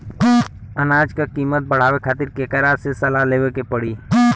अनाज क कीमत बढ़ावे खातिर केकरा से सलाह लेवे के पड़ी?